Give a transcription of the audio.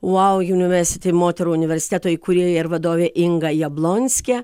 wow university moterų universiteto įkūrėja ir vadovė inga jablonskė